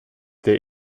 der